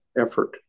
effort